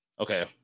Okay